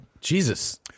Jesus